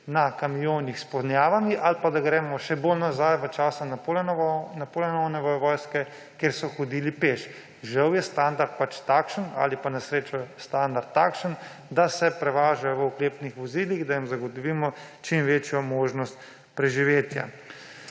na kamionih s ponjavami, ali pa da gremo še bolj nazaj, v čas Napoleonove vojske, ko so hodili peš. Žal je standard pač takšen ali pa na srečo je standard takšen, da se prevažajo v oklepnih vozilih, da jim zagotovimo čim večjo možnost preživetja.